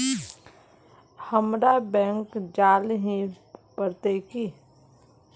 हमरा बैंक जाल ही पड़ते की?